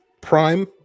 prime